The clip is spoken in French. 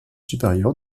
supérieur